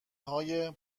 های